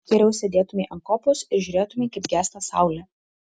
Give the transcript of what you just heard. geriau sėdėtumei ant kopos ir žiūrėtumei kaip gęsta saulė